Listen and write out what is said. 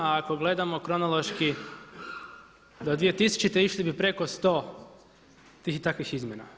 A ako gledamo kronološki do 2000. išli bi preko 100 tih takvih izmjena.